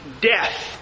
death